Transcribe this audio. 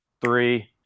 three